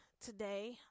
today